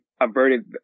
averted